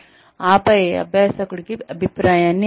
ఆపై అభ్యాసకుడికి అభిప్రాయాన్ని ఇవ్వండి